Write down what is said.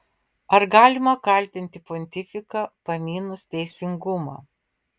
ar galima kaltinti pontifiką pamynus teisingumą